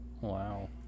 Wow